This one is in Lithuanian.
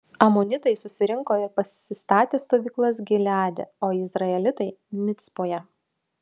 amonitai susirinko ir pasistatė stovyklas gileade o izraelitai micpoje